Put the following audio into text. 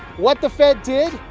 what the fed did,